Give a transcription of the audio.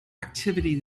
activity